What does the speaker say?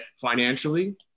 financially